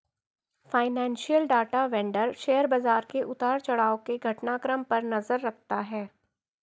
financial data vendor share बाजार के उतार चढ़ाव के घटनाक्रम पर नजर रखता है